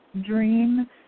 DREAM